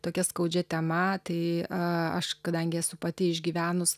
tokia skaudžia tema tai a aš kadangi esu pati išgyvenus